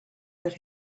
that